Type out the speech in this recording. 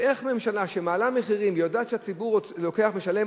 ואיך ממשלה שמעלה מחירים ויודעת שהציבור משלם